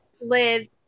lives